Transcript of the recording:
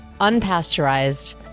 unpasteurized